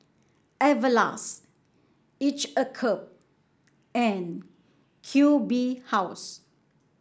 Everlast each a cup and Q B House